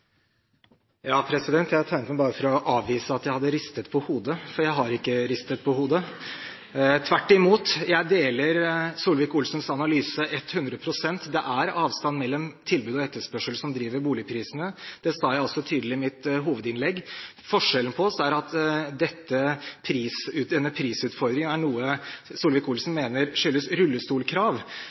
Jeg tegnet meg bare for å avvise at jeg har ristet på hodet, for jeg har ikke ristet på hodet. Tvert imot: Jeg deler Solvik-Olsens analyse 100 pst. Det er avstanden mellom tilbud og etterspørsel som driver boligprisene. Det sa jeg også tydelig i mitt hovedinnlegg. Forskjellen mellom oss er at denne prisutfordringen er noe Solvik-Olsen mener skyldes rullestolkrav